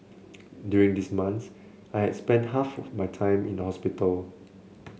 during these months I has spent half my time in hospital